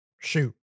shoot